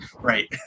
right